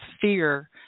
fear